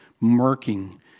marking